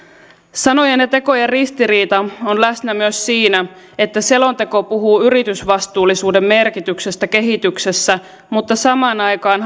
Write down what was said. sanojen ja tekojen ristiriita on läsnä myös siinä että selonteko puhuu yritysvastuullisuuden merkityksestä kehityksessä mutta samaan aikaan